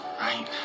right